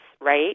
right